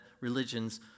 religion's